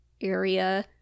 area